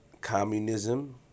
communism